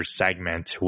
segment